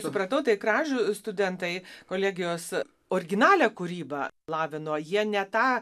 supratau tai kražių studentai kolegijos originalią kūrybą lavino jie ne tą